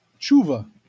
tshuva